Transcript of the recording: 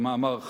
כמאמר חז"ל: